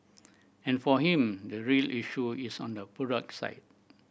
and for him the real issue is on the product side